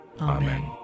Amen